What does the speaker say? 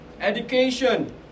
Education